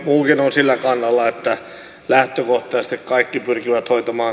sillä kannalla että lähtökohtaisesti kaikki pyrkivät